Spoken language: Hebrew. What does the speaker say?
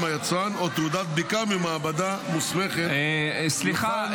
היצרן או תעודת בדיקה ממעבדה מוסמכת -- סליחה,